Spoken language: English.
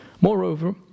Moreover